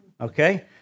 Okay